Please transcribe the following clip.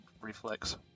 reflex